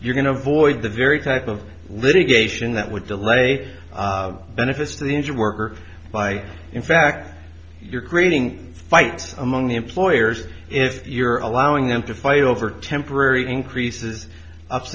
you're going to avoid the very type of litigation that would delay benefits the injured worker by in fact you're creating fights among the employers if you're allowing them to fight over temporary increases ups